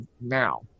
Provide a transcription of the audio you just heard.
now